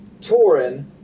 Torin